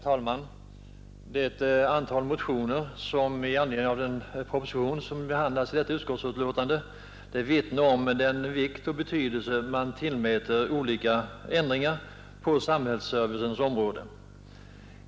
Onsdagen den Herr talman! Det stora antalet motioner som avgivits med anledning 23 februari 1972 av den proposition som behandlas i detta utskottsbetänkande vittnar om ——- den stora vikt och betydelse man tillmäter olika ändringar på samhällsservicens område.